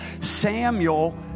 Samuel